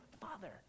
Father